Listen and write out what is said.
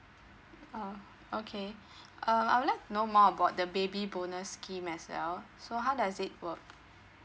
orh okay uh I would like to know more about the baby bonus scheme as well so how does it work